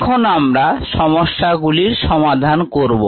এখন আমরা সমস্যাগুলির সমাধান করব